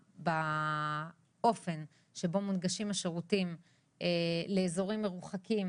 באופן שבו מונגשים השירותים לאזורים מרוחקים,